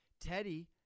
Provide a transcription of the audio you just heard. Teddy